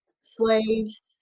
slaves